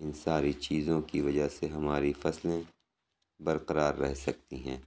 اِن ساری چیزوں کی وجہ سے ہماری فصلیں برقرار رہ سکتی ہیں